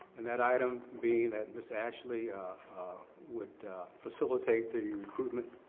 and that item being that ms. ashley would facilitate the recruitment